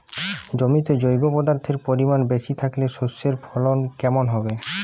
জমিতে জৈব পদার্থের পরিমাণ বেশি থাকলে শস্যর ফলন কেমন হবে?